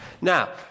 Now